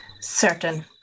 certain